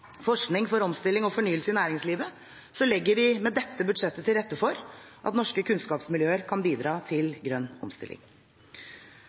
forskning for omstilling og fornyelse i næringslivet legger regjeringen med dette budsjettet til rette for at norske kunnskapsmiljøer kan bidra